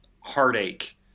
heartache